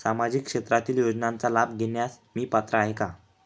सामाजिक क्षेत्रातील योजनांचा लाभ घेण्यास मी पात्र आहे का?